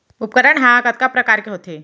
उपकरण हा कतका प्रकार के होथे?